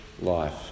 life